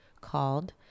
called